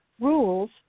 rules